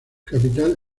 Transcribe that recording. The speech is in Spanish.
capital